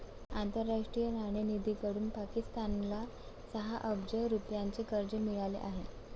आंतरराष्ट्रीय नाणेनिधीकडून पाकिस्तानला सहा अब्ज रुपयांचे कर्ज मिळाले आहे